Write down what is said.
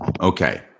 Okay